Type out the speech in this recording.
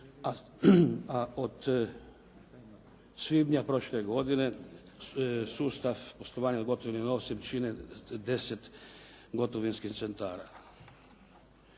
a od svibnja prošle godine sustav poslovanja gotovim novcem čine 10 gotovinskih centara.